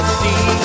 see